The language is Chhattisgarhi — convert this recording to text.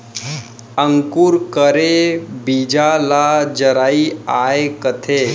अंकुर करे बीजा ल जरई आए कथें